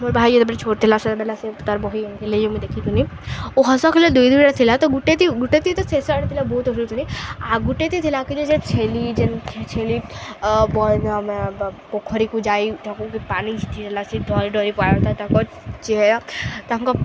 ମୋର ଭାଇ ଯେତେବେଳେ ଛୋଟ ଥିଲା ସେତେବେଳେ ତାର ବହି ଥିଲା ମୁଁ ଦେଖିଥିଲି ଓ ହସ ଖିଲେ ଦୁଇ ଆଡ଼େ ଥିଲା ତ ଗୁଟେ ଗୁଟେ ତ ଶେଷ ଆଡ଼େ ଥିଲା ବହୁତ ହସୁଥିଲି ଆ ଗୁଟେ ଥିଲା ଯେ ଛେଲି ଯେନ୍ ଛେଲିି ପୋଖରୀକୁ ଯାଇ ତାଙ୍କୁ ବି ପାଣି ଛିଂଚିଦେଲା ସେ ଡରି ଡରି ପଥା ତାଙ୍କ ଯି ତାଙ୍କ